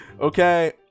okay